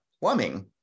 plumbing